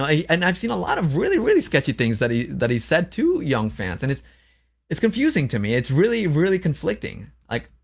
and i've seen a lot of really, really sketchy things that he that he said to young fans and it's it's confusing to me, it's really, really conflicting, like,